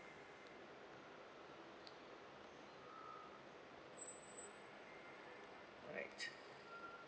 alright